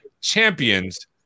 champions